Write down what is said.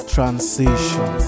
Transition